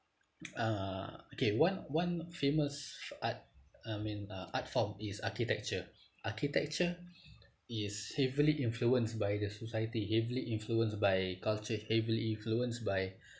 uh okay one one famous art I mean uh art form is architecture architecture is heavily influenced by the society heavily influenced by culture heavily influenced by